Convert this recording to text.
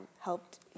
helped